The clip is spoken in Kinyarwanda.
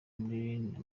nari